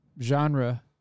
genre